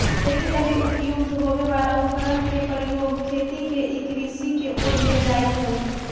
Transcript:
खेती लगी उपयुक्त होवे वाला उपकरण के प्रयोग खेती के ई कृषि के ओर ले जाइत हइ